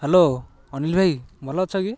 hello Anil ଭାଇ ଭଲ ଅଛ କି